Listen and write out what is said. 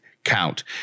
Count